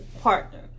partner